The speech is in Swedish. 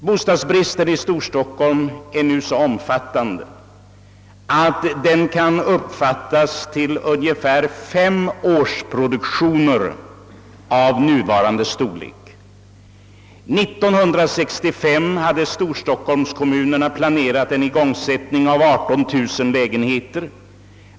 Bostadsbristen i Storstockholm är nu så omfattande, att den kan uppskattas till ungefär fem års produktion av nuvarande storlek. För 1965 hade storstockholmskommunerna planerat en igångsättning av 18000 lägenheter.